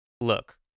Look